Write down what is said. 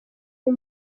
uyu